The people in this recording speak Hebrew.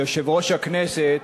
ליושב-ראש הכנסת